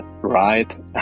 right